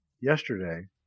yesterday